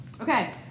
Okay